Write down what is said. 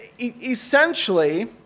essentially